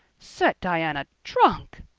set diana drunk!